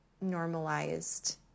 normalized